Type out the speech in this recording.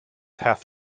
have